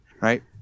right